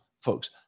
folks